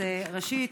ראשית,